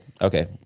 Okay